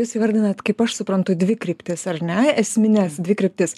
jūs įvardinat kaip aš suprantu dvi kryptis ar ne esmines dvi kryptis